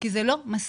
כי זה לא מספיק.